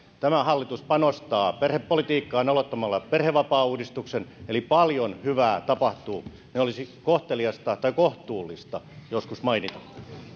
tämä hallitus panostaa perhepolitiikkaan aloittamalla perhevapaauudistuksen eli paljon hyvää tapahtuu ja olisi kohtuullista joskus se mainita